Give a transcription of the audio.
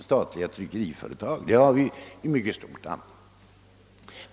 Statliga tryckeriföretag är alltså ingen nyhet.